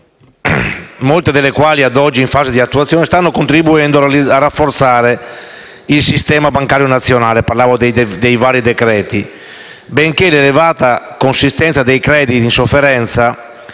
molte delle quali ad oggi in fase di attuazione, stanno contribuendo a rafforzare il sistema bancario nazionale - mi riferisco ai vari provvedimenti - benché l'elevata consistenza dei crediti in sofferenza